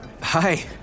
Hi